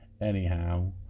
Anyhow